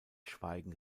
schweigen